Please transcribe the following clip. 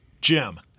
Jim